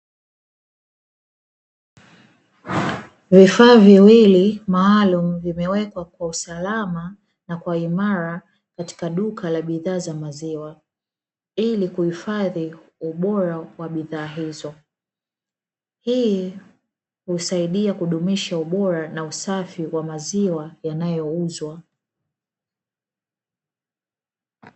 Vifaa viwili maalumu vimewekwa kwa usalama na kwa imara katika duka la bidhaa za maziwa ili kuhifadhi ubora wa bidhaa hizo, hii husaidia kudumisha ubora na usafi wa maziwa yanayouzwa.